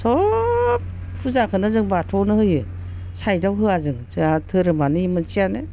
सब फुजाखौनो जों बाथ'आवनो होयो साइदाव होआ जों जोंहा धोरोमानो बे मोनसेयानो